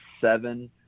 seven